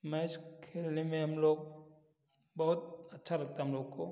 match खेलने में हम लोग बहुत अच्छा लगता है हम लोग को